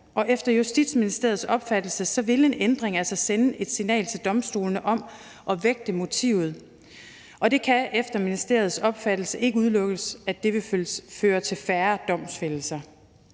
og efter Justitsministeriets opfattelse vil en ændring altså sende et signal til domstolene om at vægte motivet. Det kan efter ministeriets opfattelse ikke udelukkes, at det vil føre til færre domfældelser.